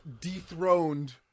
dethroned